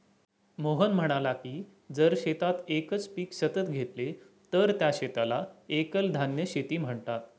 मोहन म्हणाला की जर शेतात एकच पीक सतत घेतले तर त्या शेताला एकल धान्य शेती म्हणतात